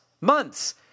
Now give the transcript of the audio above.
months